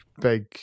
big